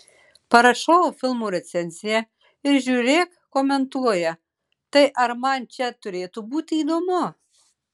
parašau filmo recenziją ir žiūrėk komentuoja tai ar man čia turėtų būti įdomu